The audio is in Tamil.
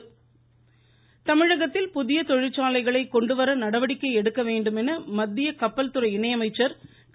பொன்ராதாகிருஷ்ணன் தமிழகத்தில் புதிய தொழிற்சாலைகளை கொண்டுவர நடவடிக்கை எடுக்க வேண்டும் என மத்திய கப்பல் துறை இணை அமைச்சர் திரு